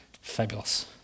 fabulous